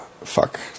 Fuck